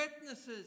witnesses